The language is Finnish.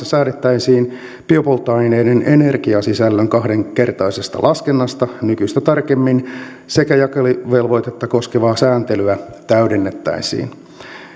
säädettäisiin biopolttoaineiden energiasisällön kahdenkertaisesta laskennasta nykyistä tarkemmin sekä jakeluvelvoitetta koskevaa sääntelyä täydennettäisiin